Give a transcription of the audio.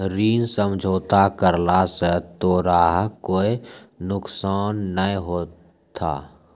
ऋण समझौता करला स तोराह कोय नुकसान नाय होथा